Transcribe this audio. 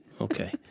Okay